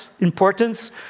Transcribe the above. importance